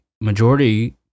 majority